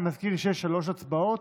אני מזכיר שיש שלוש הצבעות.